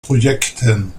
projekten